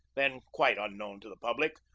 then quite unknown to the public,